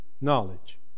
knowledge